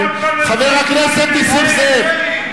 חבר הכנסת נסים זאב.